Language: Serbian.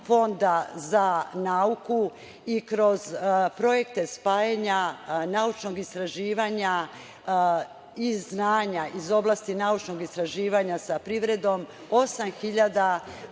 Fonda za nauku i kroz projekte spajanja naučnog istraživanja i znanja iz oblasti naučnog istraživanja sa privredom 8.000